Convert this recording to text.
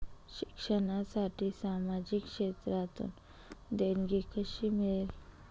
शिक्षणासाठी सामाजिक क्षेत्रातून देणगी कशी मिळेल?